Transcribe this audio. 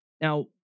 Now